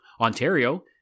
Ontario